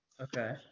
Okay